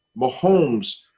Mahomes